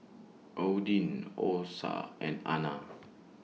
Odin Osa and Ana